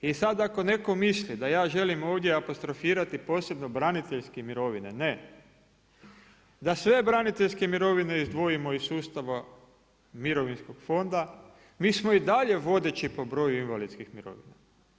I sad ako netko misli da ja želim ovdje apostrofirati posebno braniteljske mirovine, ne, da sve braniteljske mirovine izdvojimo iz sustava Mirovinskog fonda mi smo i dalje vodeći po broju invalidskih mirovina.